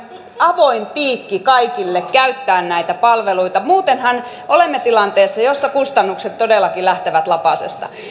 avoin piikki kaikille käyttää näitä palveluita muutenhan olemme tilanteessa jossa kustannukset todellakin lähtevät lapasesta